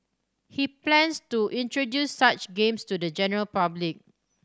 he plans to introduce such games to the general public